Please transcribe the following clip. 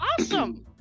awesome